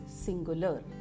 singular